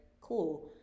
cool